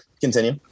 continue